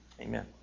Amen